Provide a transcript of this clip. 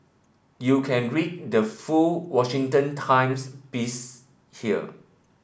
you can read the full Washington Times piece here